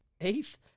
eighth